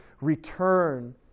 return